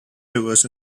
rivers